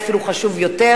אפס מתנגדים ואפס נמנעים.